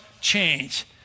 change